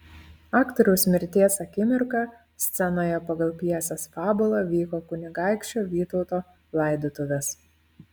aktoriaus mirties akimirką scenoje pagal pjesės fabulą vyko kunigaikščio vytauto laidotuvės